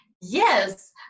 Yes